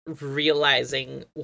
realizing